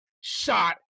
shot